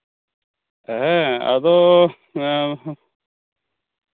ᱦᱮᱸ ᱟᱫᱚ